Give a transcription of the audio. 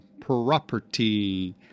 property